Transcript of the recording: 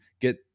get